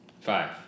Five